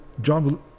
John